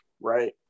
right